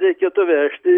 reikėtų vežti